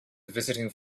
visiting